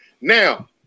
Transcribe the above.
Now